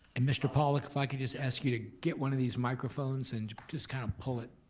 and mr. pollock, if i could just ask you to get one of these microphones and just kind of pull it,